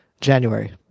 january